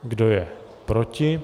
Kdo je proti?